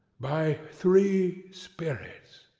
by three spirits.